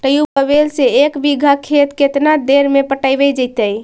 Tubewell से एक बिघा खेत केतना देर में पटैबए जितै?